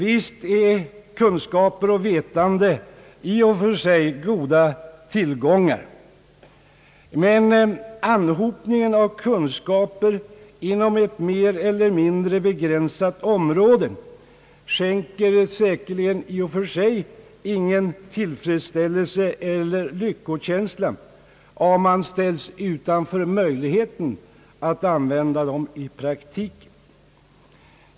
Visst är kunskaper och vetande i och för sig goda tillgångar, men anhopningen av kunskaper inom ett mer eller mindre begränsat område skänker säkerligen inte någon större tillfredsställelse eller lyckokänsla, om man ställs utanför möjligheten att använda dem i praktiken.